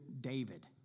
David